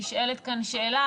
נשאלת כאן שאלה,